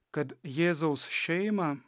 kad jėzaus šeimą